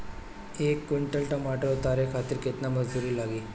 एक कुंटल टमाटर उतारे खातिर केतना मजदूरी लागी?